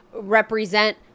represent